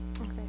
Okay